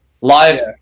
Live